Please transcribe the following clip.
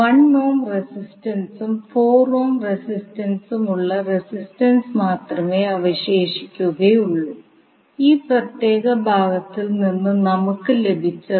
നിങ്ങളുടെ വോൾട്ടേജ് ഉറവിടം ആയിരിക്കും റെസിസ്റ്റൻസ് മൂല്യത്തിൽ മാറ്റമുണ്ടാകില്ല